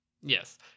yes